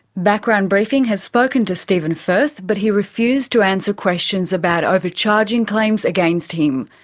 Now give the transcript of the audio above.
background briefing has spoken to stephen firth, but he refused to answer questions about overcharging claims against him.